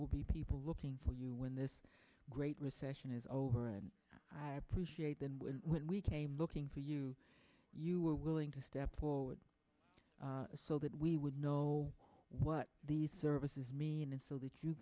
will be people looking for you when this great recession is over and i appreciate that when we came looking for you you were willing to step forward so that we would know what these services mean and so that you